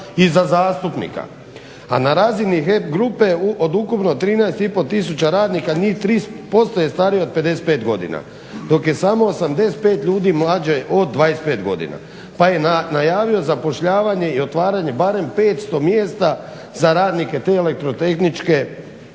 i za zastupnika. A na razini HEP grupe od ukupno 13 i pol tisuća radnika njih 3% je starije od 55 godina dok je samo 85 ljudi mlađe od 25 godina, pa je najavio zapošljavanje i otvaranje barem 500 mjesta za radnike te elektrotehničke